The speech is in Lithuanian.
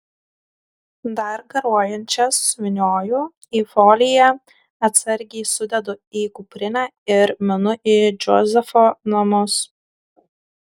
dar garuojančias suvynioju į foliją atsargiai sudedu į kuprinę ir minu į džozefo namus